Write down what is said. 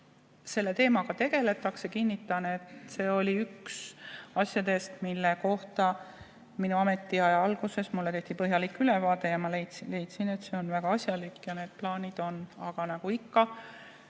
teemaga tegeldakse. Kinnitan, et see oli üks asjadest, mille kohta minu ametiaja alguses tehti mulle põhjalik ülevaade, ja ma leidsin, et see on väga asjalik. Aga nende plaanidega on nii nagu ikka